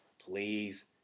Please